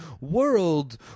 world